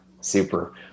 super